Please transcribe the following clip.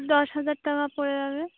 দশ হাজার টাকা পড়ে যাবে